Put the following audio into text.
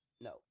No